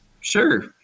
Sure